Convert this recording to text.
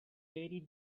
very